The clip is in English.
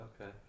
Okay